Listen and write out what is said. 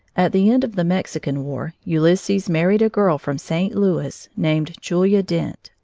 at the end of the mexican war, ulysses married a girl from st. louis, named julia dent,